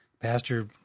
pastor